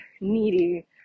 needy